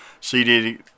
CD